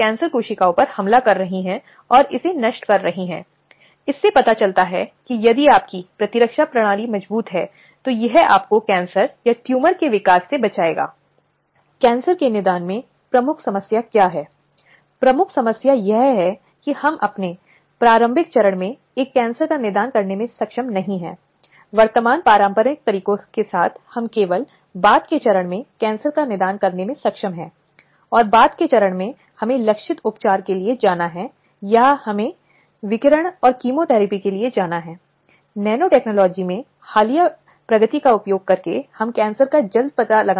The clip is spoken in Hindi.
क्योंकि वे काम कर रही हैं या किसी विशेष नौकरी में हैं और इसलिए वे कुछ स्थितियों में बहुत कमजोर हो जाती हैं और देश में किसी विशेष प्रकार के कानून का अभाव है जो कार्य स्थल के भीतर महिलाओं की सुरक्षा करता है और यहीं पर सर्वोच्च न्यायालय ने यौन उत्पीड़न की समस्या को मान्यता दी है और यह माना जाता है कि कार्य स्थल पर यौन उत्पीड़न निश्चित रूप से महिलाओं के जीवन के अधिकार का उल्लंघन समान उपचार के अधिकार का उल्लंघन है और इसलिए यह भारतीय संविधान के अनुच्छेद 14 15 के अनुच्छेद 21 का उल्लंघन करता है